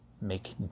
make